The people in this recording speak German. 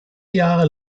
jahre